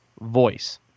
voice